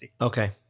Okay